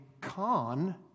Khan